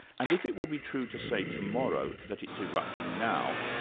and if it will be true to say tomorrow that it's erupting now,